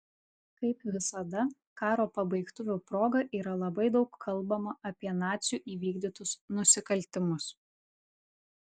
kaip visada karo pabaigtuvių proga yra labai daug kalbama apie nacių įvykdytus nusikaltimus